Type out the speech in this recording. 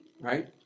right